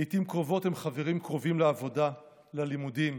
לעיתים קרובות הם חברים קרובים לעבודה, ללימודים,